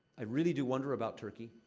i really do wonder about turkey.